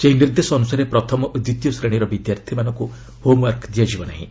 ସେହି ନିର୍ଦ୍ଦେଶ ଅନୁସାରେ ପ୍ରଥମ ଓ ଦ୍ୱିତୀୟ ଶ୍ରେଣୀର ବିଦ୍ୟାର୍ଥୀମାନଙ୍କୁ ହୋମ୍ ୱାର୍କ ଦିଆଯିବ ନାହିଁ